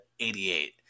88